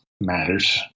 matters